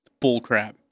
Bullcrap